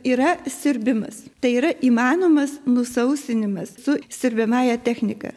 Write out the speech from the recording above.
yra siurbimas tai yra įmanomas nusausinimas su siurbiamąja technika